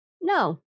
No